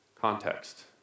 context